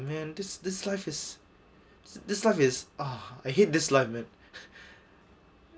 and then this life is this life is ah I hate this life man